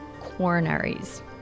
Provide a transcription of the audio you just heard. coronaries